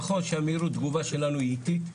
נכון שהמהירות תגובה שלנו היא איטית,